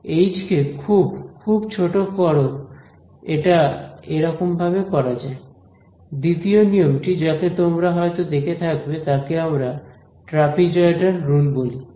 H কে খুব খুব ছোট করো এটা এরকম ভাবে করা যায় দ্বিতীয় নিয়মটি যাকে তোমরা হয়তো দেখে থাকবে তাকে আমরা ট্রাপিজয়ডাল রুল বলি